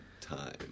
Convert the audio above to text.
time